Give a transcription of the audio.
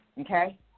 Okay